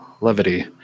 levity